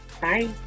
Bye